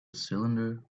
cylinder